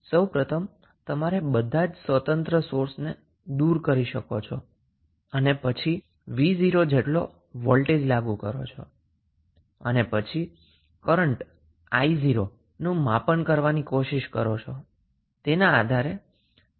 તો સૌ પ્રથમ તમારે બધા જ ઇંડિપેન્ડન્ટ સોર્સને દુર કરશો અને પછી 𝑣0 જેટલો વોલ્ટેજ લાગુ કરો છો અને પછી કરન્ટ 𝑖0 નું માપન કરવાની કોશિષ કરી શકો છો અને તેના આધારે થેવેનિન રેઝિસ્ટન્સની વેલ્યુ શોધી શકો છો